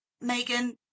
Megan